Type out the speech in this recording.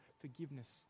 forgiveness